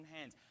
hands